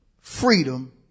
freedom